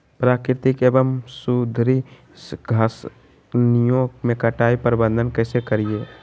प्राकृतिक एवं सुधरी घासनियों में कटाई प्रबन्ध कैसे करीये?